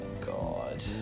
God